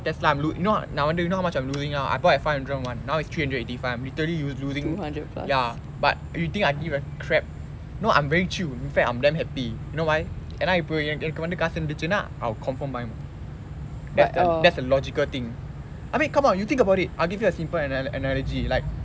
you see me I bought tesla I'm losi~ you know நா வந்து:naa vanthu how much I'm losing now I bought at five hundred and one now it's three hundred eighty five I'm literally los~ losing ya but you think I'd give a crap no I'm very chill in fact I'm damn happy you know why என்னா இப்போ எனக்கு வந்து காசு இருந்துச்சுனா:ennaa ippo enakku vanthu kaasu irunthichunaa I will confirm buy more that's that's the logical thing I mean come on you think about it I'll give you a simple an~ analogy like